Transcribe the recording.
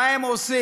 מה הם עושים?